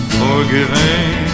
forgiving